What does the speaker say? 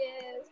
yes